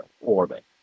orbit